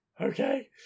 Okay